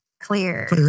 clear